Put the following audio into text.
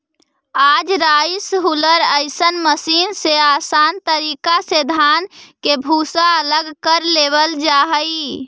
आज rice huller जइसन machine से आसान तरीका से धान के भूसा अलग कर लेवल जा हई